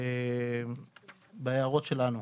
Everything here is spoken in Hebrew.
בהערות שלנו.